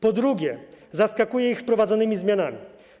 Po drugie - zaskakuje ich wprowadzanymi zmianami.